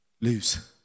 lose